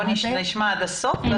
בואו נשמע עד הסוף.